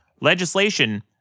legislation